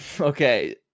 Okay